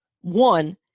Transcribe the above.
One